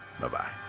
Bye-bye